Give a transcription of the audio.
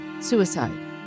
suicide